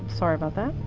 sorry about that,